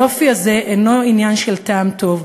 היופי הזה אינו עניין של טעם טוב.